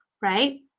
right